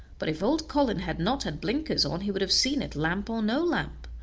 but if old colin had not had blinkers on he would have seen it, lamp or no lamp,